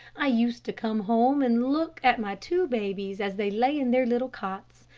i used to come home and look at my two babies as they lay in their little cots,